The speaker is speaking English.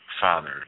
Father